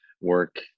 work